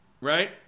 right